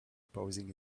posing